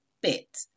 bit